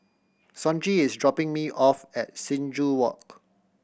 Sonji is dropping me off at Sing Joo Walk